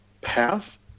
path